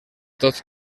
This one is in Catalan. tots